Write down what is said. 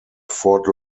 fort